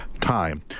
Time